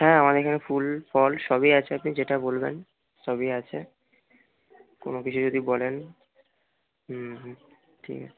হ্যাঁ আমাদের এখানে ফুল ফল সবই আছে আপনি যেটা বলবেন সবই আছে কোনো কিছু যদি বলেন হুম হুম ঠিক আছে